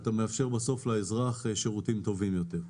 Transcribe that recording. ואתה מאפשר לאזרח שירותים טובים יותר.